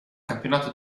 campionato